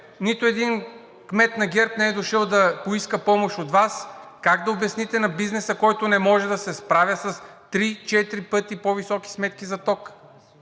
нито един кмет на ГЕРБ не е дошъл да поиска помощ от Вас, как ще обясните на бизнеса, който не може да се справя с три-четири пъти по-високи сметки за ток?